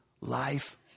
life